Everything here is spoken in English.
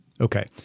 Okay